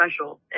special